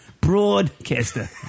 Broadcaster